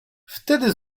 wtedy